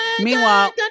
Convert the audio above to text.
Meanwhile